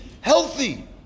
healthy